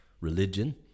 religion